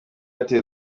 yateye